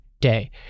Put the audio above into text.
day